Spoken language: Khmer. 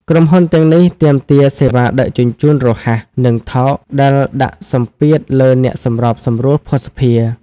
ក្រុមហ៊ុនទាំងនេះទាមទារសេវាដឹកជញ្ជូនរហ័ស និងថោក ដែលដាក់សម្ពាធលើអ្នកសម្របសម្រួលភស្តុភារ។